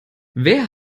wer